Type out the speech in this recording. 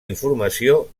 informació